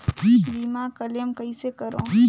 बीमा क्लेम कइसे करों?